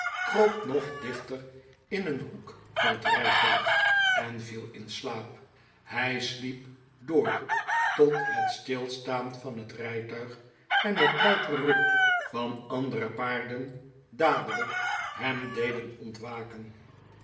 kroop nog dichter in een hoek van het rijtuig en viel in slaap hij sliep door tot het stilstaan van het rijtuig en het luid geroep van andere paarden dadelijk hem deden ontwaken